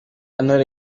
ntore